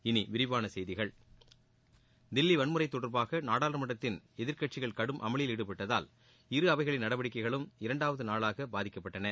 இனி விரிவான செய்திகள் தில்லி வன்முறை தொடர்பாக நாடாளுமன்றத்தில் எதிர்க்கட்சிகள் கடும் அமளியில் ஈடுபட்டதால் இரு அவைகளின் நடவடிக்கைகளும் இரண்டாவது நாளாக பாதிக்கப்பட்டன